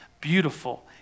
Beautiful